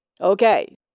Okay